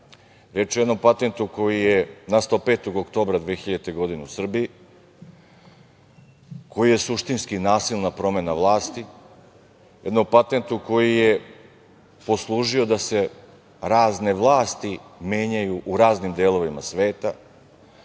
je o jednom patentu koji je nastao 5. oktobra 2000. godine u Srbiji koji je suštinski nasilna promena vlasti, jednom patentu koji je poslužio da se razne vlasti menjaju u raznim delovima sveta.